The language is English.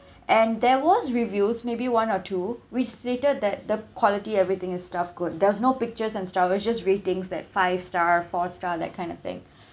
and there was reviews maybe one or two which stated that the quality everything is stuff good there's no pictures and stars where just ratings that five star four star that kind of thing